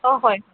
অ' হয়